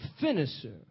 finisher